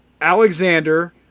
Alexander